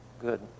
good